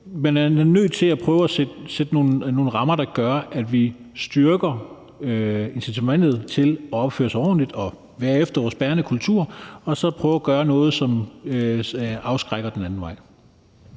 Man er nødt til at prøve at sætte nogle rammer, der gør, at man styrker incitamentet til at opføre sig ordentligt og efter vores bærende kultur, og så prøve at gøre noget, som afskrækker den anden vej.